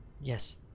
Yes